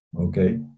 okay